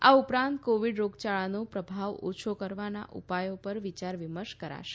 આ ઉપરાંત કોવિડ રોગયાળાનો પ્રભાવ ઓછો કરવાના ઉપાયો પર વિચાર વિમર્શ કરાશે